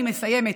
אני מסיימת.